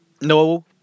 no